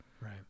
Right